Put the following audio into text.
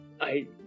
I-